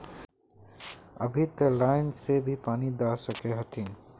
अभी ते लाइन से भी पानी दा सके हथीन?